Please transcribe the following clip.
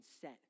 set